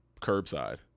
curbside